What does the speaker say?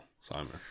Simon